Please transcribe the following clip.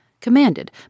commanded